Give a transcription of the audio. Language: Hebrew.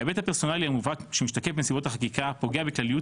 ההיבט הפרסונלי המובהק שמשתקף בנסיבות החקיקה פוגע בכלליות